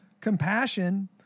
compassion